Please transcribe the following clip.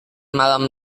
malam